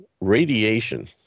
radiation